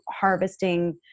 harvesting